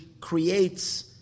creates